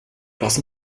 raz